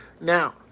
Now